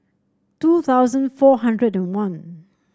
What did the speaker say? two thousand four hundred and one